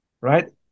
right